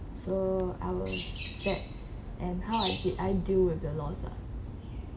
so I were sad and how I did I deal with the loss lah